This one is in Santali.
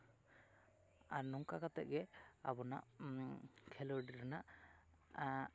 ᱟᱨ ᱱᱚᱝᱠᱟ ᱠᱟᱛᱮᱫ ᱜᱮ ᱟᱵᱚᱱᱟᱜ ᱠᱷᱮᱞᱳᱰ ᱨᱮᱱᱟᱜ